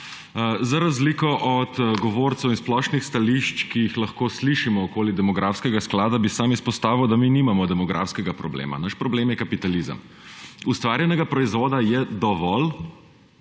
Za razliko od govorcev in splošnih stališč, ki jih lahko slišimo okoli demografskega sklada, bi sam izpostavil, da mi nimamo demografskega problema, naš problem je kapitalizem. Ustvarjenega proizvoda je dovolj,